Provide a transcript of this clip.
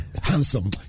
handsome